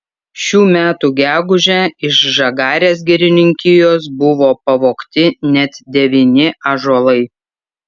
šių metų gegužę iš žagarės girininkijos buvo pavogti net devyni ąžuolai